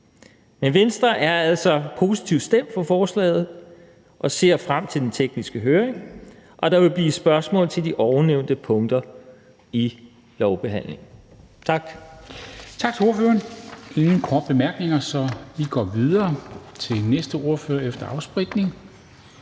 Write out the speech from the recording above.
Venstre er altså positivt stemt for forslaget og ser frem til den tekniske høring, og der vil være spørgsmål til de ovennævnte punkter i lovbehandlingen. Tak. Kl. 21:08 Formanden (Henrik Dam Kristensen): Tak til ordføreren. Der er ingen korte bemærkninger, så vi går videre til næste ordfører – efter afspritning.